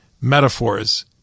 metaphors